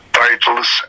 titles